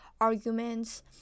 arguments